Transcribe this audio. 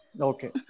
Okay